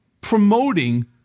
promoting